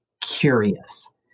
curious